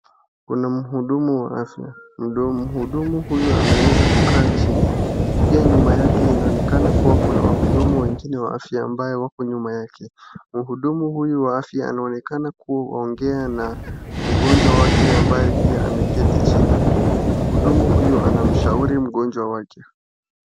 Kuna mhudumu wa afya. Mhudumu huyu ameweza kukaa chini. Pia nyuma yake inaonekana kuwa kuna wahudumu wengine wa afya ambayo wako nyuma yake. Mhudumu huyu wa afya anaonekana kuongea na mgonjwa wake ambaye pia ameketi chini. Mhudumu huyu anamshauri mgonjwa wake.